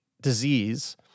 disease